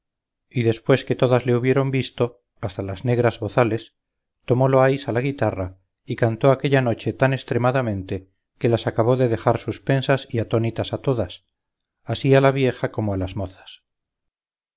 y después que todas le hubieron visto hasta las negras bozales tomó loaysa la guitarra y cantó aquella noche tan estremadamente que las acabó de dejar suspensas y atónitas a todas así a la vieja como a las mozas